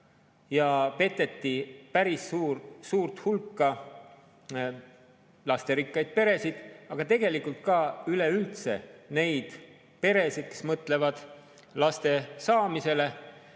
ja peteti päris suurt hulka lasterikkaid peresid, aga tegelikult ka neid peresid, kes mõtlevad laste saamisele.